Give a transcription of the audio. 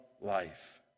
life